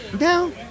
No